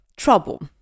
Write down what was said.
trouble